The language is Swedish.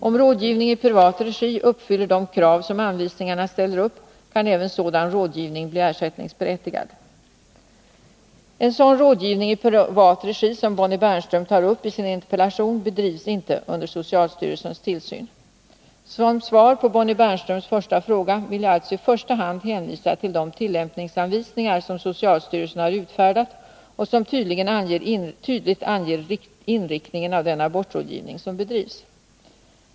Om rådgivning i privat regi uppfyller de krav som anvisningarna ställer upp kan även sådan rådgivning bli ersättningsberättigad. En sådan rådgivning i privat regi som Bonnie Bernström tar upp i sin interpellation bedrivs inte under socialstyrelsens tillsyn. Som svar på Bonnie Bernströms första fråga vill jag alltså i första hand hänvisa till de tillämpningsanvisningar som socialstyrelsen har utfärdat och som tydligt anger inriktningen av den abortrådgivning som bedrivs.